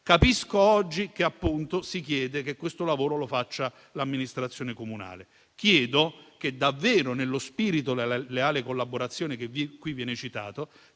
Capisco oggi che si chiede che questo lavoro lo faccia l'amministrazione comunale. Chiedo che davvero, nello spirito della leale collaborazione che qui viene citato,